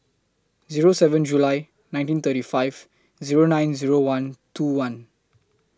Zero seven July nineteen thirty five Zero nine Zero one two one